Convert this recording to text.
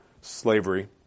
slavery